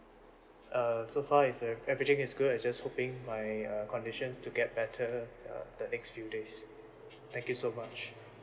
err so far as you have everything is good I'm just hoping my uh conditions to get better uh the next few days thank you so much